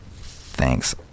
Thanks